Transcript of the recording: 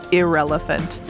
irrelevant